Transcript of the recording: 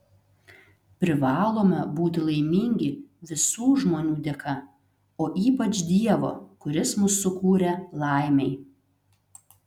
privalome būti laimingi visų žmonių dėka o ypač dievo kuris mus sukūrė laimei